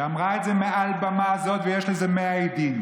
היא אמרה את זה מעל לבמה הזאת, ויש לזה 100 עדים,